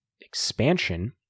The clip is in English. expansion